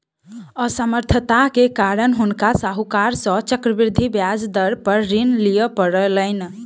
असमर्थता के कारण हुनका साहूकार सॅ चक्रवृद्धि ब्याज दर पर ऋण लिअ पड़लैन